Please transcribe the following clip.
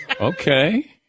Okay